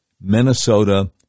Minnesota